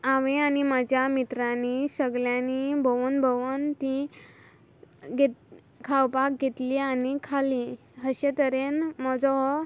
आंवें आनी म्हाज्या मित्रांनी सगल्यानी भवोन भवोन तीं घेत खावपाक घेतली आनी खाल्ली हशे तरेन म्होजो हो